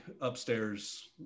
upstairs